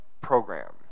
program